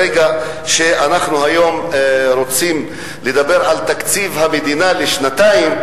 ברגע שאנחנו היום רוצים לדבר על תקציב המדינה לשנתיים,